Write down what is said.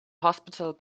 hospital